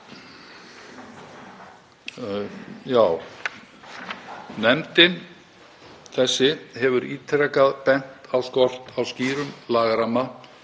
Nefnd þessi hefur ítrekað bent á skort á skýrum lagaramma